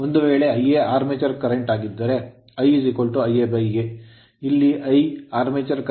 ಒಂದು ವೇಳೆ Ia armature armature current current ಆಗಿದ್ದರೆ I Ia A ಇಲ್ಲಿ I armature armature current current